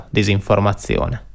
disinformazione